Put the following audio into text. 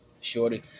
Shorty